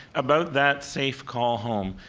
about that safe call home.